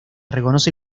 reconoce